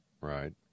Right